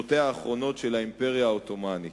שנותיה האחרונות של האימפריה העות'מאנית.